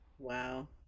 Wow